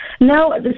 No